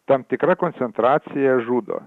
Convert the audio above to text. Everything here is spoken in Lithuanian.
tam tikra koncentracija žudo